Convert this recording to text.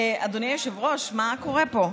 אדוני היושב-ראש, מה קורה פה?